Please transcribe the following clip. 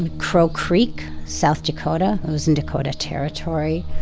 and crow creek, south dakota. it was in dakota territory,